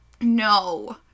No